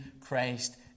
Christ